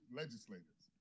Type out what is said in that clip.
legislators